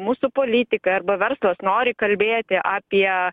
mūsų politikai arba verslas nori kalbėti apie